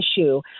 issue